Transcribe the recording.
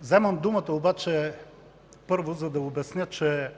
вземам думата да обясня, че